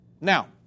Now